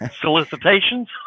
Solicitations